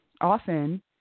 Often